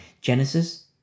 Genesis